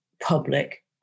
public